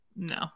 No